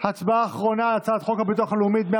הצבעה אחרונה על הצעת חוק הביטוח הלאומי (תיקון,